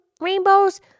rainbows